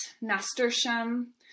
nasturtium